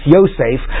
Yosef